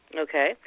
Okay